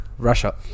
Russia